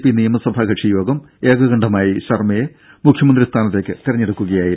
P നിയമസഭാ കക്ഷി യോഗം ഏകകണ്ഠമായി ശർമ്മയെ മുഖ്യമന്ത്രി സ്ഥാനത്തേക്ക് തെരഞ്ഞെടുക്കുകയായിരുന്നു